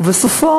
ובסופה